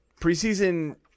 preseason